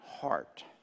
heart